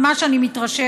ממה שאני מתרשמת,